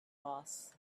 boss